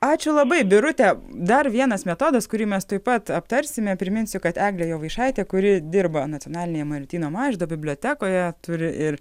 ačiū labai birute dar vienas metodas kurį mes tuoj pat aptarsime priminsiu kad eglė jovaišaitė kuri dirba nacionalinėje martyno mažvydo bibliotekoje turi ir